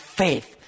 faith